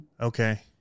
Okay